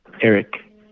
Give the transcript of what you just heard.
Eric